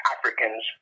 Africans